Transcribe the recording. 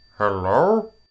Hello